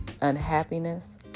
unhappiness